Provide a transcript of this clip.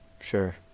sure